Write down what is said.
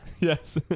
yes